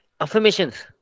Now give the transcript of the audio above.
Affirmations